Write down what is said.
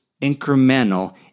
incremental